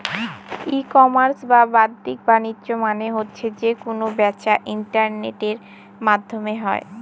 ই commerce বা বাদ্দিক বাণিজ্য মানে হচ্ছে যে কেনা বেচা ইন্টারনেটের মাধ্যমে হয়